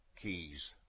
keys